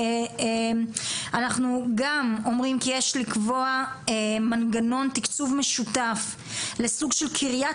אנחנו גם אומרים כי יש לקבוע מנגנון תקצוב משותף לסוג של קריית